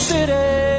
City